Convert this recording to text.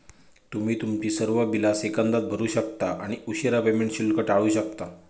तुम्ही तुमची सर्व बिला सेकंदात भरू शकता आणि उशीरा पेमेंट शुल्क टाळू शकता